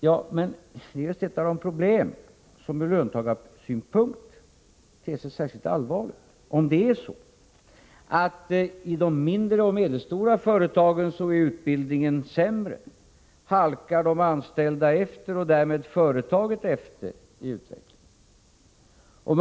Ja, men det är just ett av de problem som ur löntagarsynspunkt ter sig särskilt allvarligt. Om utbildningen är sämre i de mindre och medelstora företagen, halkar deras anställda och därmed företagen efter i utvecklingen.